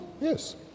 yes